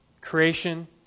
Creation